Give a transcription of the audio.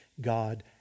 God